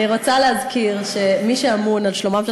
אני רוצה להזכיר שמי שאמון על שלומם של